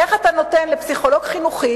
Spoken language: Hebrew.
איך אתה נותן לפסיכולוג חינוכי,